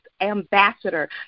ambassador